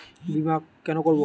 বিমা কেন করব?